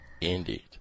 Indeed